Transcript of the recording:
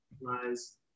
Lies